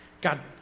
God